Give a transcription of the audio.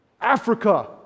Africa